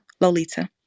lolita